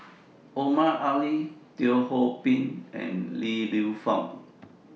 Omar Ali Teo Ho Pin and Li Lienfung